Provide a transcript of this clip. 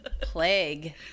plague